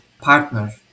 partner